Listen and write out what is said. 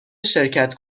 شرکت